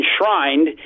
enshrined